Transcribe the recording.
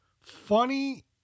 funny